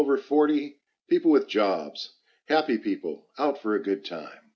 over forty people with jobs happy people out for a good time